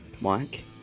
Mike